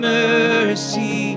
mercy